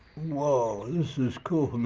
whoa, this is cool,